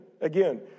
again